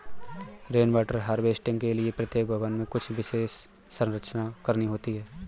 rain water harvesting के लिए प्रत्येक भवन में कुछ विशेष संरचना करनी होती है